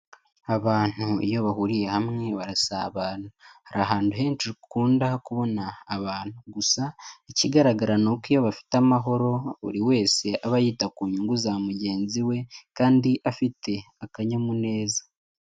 Abantu iyo bahuriye hamwe barasabana. Hari ahantu henshi ukunda kubona abantu. Gusa ikigaragara ni uko iyo bafite amahoro buri wese aba yita ku nyungu za mugenzi we, kandi afite akanyamuneza.